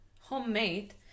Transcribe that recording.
Homemade